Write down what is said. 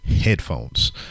Headphones